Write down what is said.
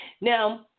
Now